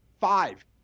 five